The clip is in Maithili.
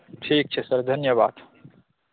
ठीक छै सर धन्यवाद